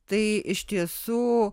tai iš tiesų